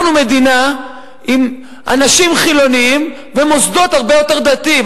אנחנו מדינה עם אנשים חילונים ועם מוסדות הרבה יותר דתיים.